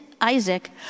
Isaac